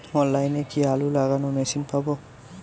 অনলাইনে কি আলু লাগানো মেশিন পাব?